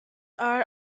are